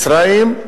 מצרים,